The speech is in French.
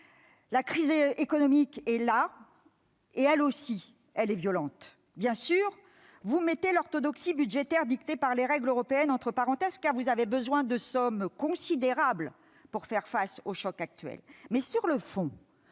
La crise économique est là ; elle aussi est violente. Bien sûr, vous mettez l'orthodoxie budgétaire dictée par les règles européennes entre parenthèses, car vous avez besoin de sommes considérables pour faire face au choc actuel. Néanmoins, sur le fond,